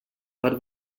per